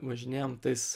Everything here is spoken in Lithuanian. važinėjam tais